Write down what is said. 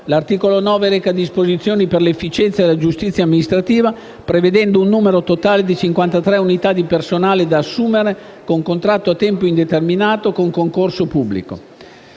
L'articolo 9 reca disposizioni per l'efficienza della giustizia amministrativa, prevedendo un aumento totale di 53 unità di personale, da assumere con contratto a tempo indeterminato mediante concorso pubblico